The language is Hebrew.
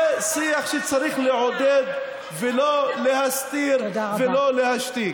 זה שיח שצריך לעודד ולא להסתיר ולא להשתיק.